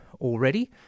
already